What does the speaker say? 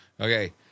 okay